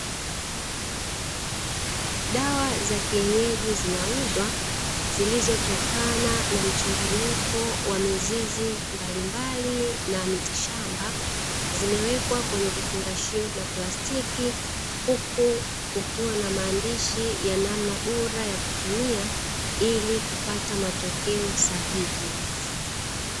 Dawa za kienyeji zinauzwa zilizotokana na mchanganyiko wa mizizi mbalimbali na mitishamba, zimewekwa kwenye vifungashio vya plastiki huku kukiwa na maandishi ya namna bora ya kutumia ili kupata matokeo sahihi.